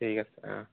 ঠিক আছে অঁ